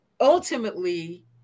ultimately